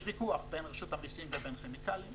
יש ויכוח בין רשות המסים ובין כימיקלים לישראל,